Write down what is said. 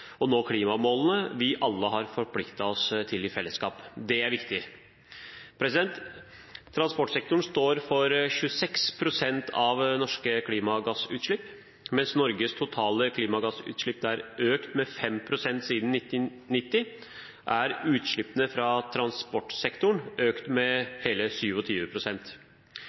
og nå klimamålene vi alle i fellesskap har forpliktet oss til. Det er viktig. Transportsektoren står for 26 pst. av norske klimagassutslipp. Mens Norges totale klimagassutslipp har økt med 5 pst. siden 1990, har utslippene fra transportsektoren økt med hele